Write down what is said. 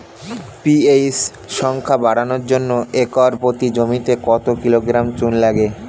PH সংখ্যা বাড়ানোর জন্য একর প্রতি জমিতে কত কিলোগ্রাম চুন লাগে?